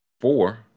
four